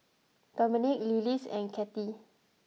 Dominick Lillis and Kathey